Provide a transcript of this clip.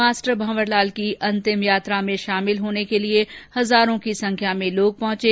master Bhawarlal की अंतिम यात्रा में शामिल होने के लिए हजारों की संख्या में लोग पहुंचे